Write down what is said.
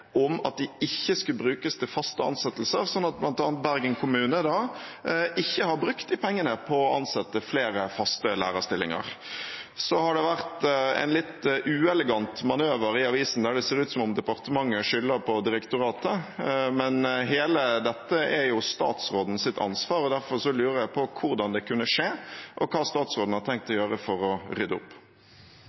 ikke skal brukes til faste ansettelser, slik at bl.a. Bergen kommune da ikke har brukt de pengene på å ansette flere faste lærerstillinger. Så har det vært en litt uelegant manøver i avisen, der det ser ut som om departementet skylder på direktoratet, men alt dette er jo statsrådens ansvar, og derfor lurer jeg på hvordan det kunne skje, og hva statsråden har tenkt å gjøre for å rydde opp.